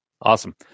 Awesome